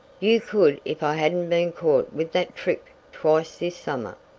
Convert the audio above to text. you could if i hadn't been caught with that trick twice this summer.